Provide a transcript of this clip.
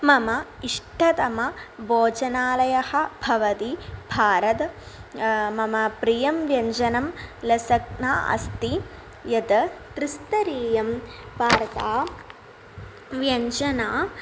मम इष्टतमः भोजनालयः भवदि भारद् मम प्रियं व्यञ्जनं लसक्ना अस्ति यद् त्रिस्तरीयं भारतं व्यञ्जनं